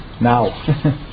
now